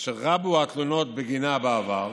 אשר רבו התלונות בגינה בעבר,